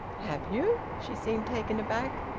have you? she seemed taken aback.